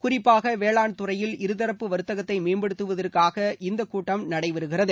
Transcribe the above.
குறிப்பாக வேளாண் துறையில் இருதரப்பு வர்த்தகத்தை மேம்படுத்துவதற்காக இந்த கூட்டம் நடைபெறுகிறது